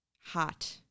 hot